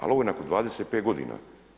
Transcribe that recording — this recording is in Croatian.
Ali ovo je nakon 25 godina.